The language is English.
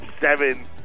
seven